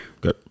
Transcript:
Good